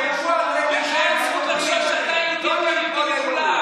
לך אין זכות לחשוב שאתה יהודי יותר,